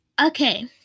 Okay